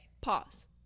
pause